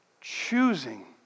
choosing